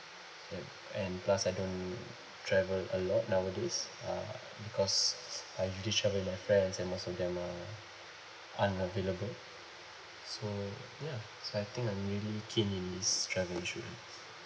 and and plus I don't travel a lot nowadays uh because I usually travel with my friends and most of them are unavailable so ya so I think I'm really keen in this travel insurance